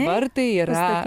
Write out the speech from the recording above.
vartai yra